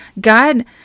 God